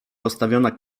postawiona